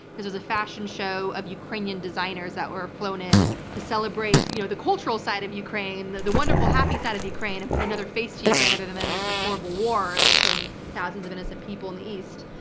it was a fashion show of ukrainian designers that were flown in to celebrate you know the cultural side of ukraine, the the wonderful side of ukraine and put another face to ukraine other than than this like horrible war that's killing thousands of innocent people in the east.